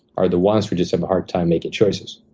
are the ones who just have a hard time making choices.